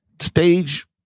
stage